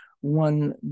one